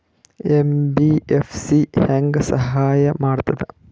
MBFC ಹೆಂಗ್ ಸಹಾಯ ಮಾಡ್ತದ?